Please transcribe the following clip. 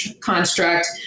construct